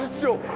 to